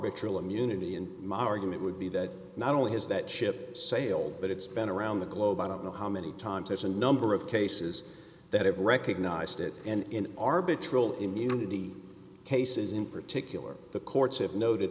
arbitron immunity and my argument would be that not only has that ship sailed but it's been around the globe i don't know how many times as a number of cases that have recognized it and in our betrayal immunity cases in particular the courts have noted